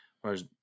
Whereas